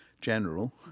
general